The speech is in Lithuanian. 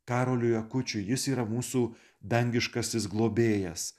karoliui akučiui jis yra mūsų dangiškasis globėjas